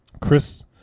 chris